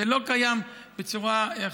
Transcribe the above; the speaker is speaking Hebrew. זה לא קיים בצורה אחרת.